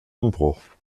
umbruch